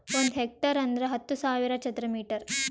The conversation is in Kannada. ಒಂದ್ ಹೆಕ್ಟೇರ್ ಅಂದರ ಹತ್ತು ಸಾವಿರ ಚದರ ಮೀಟರ್